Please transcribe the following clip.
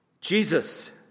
Jesus